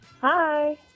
Hi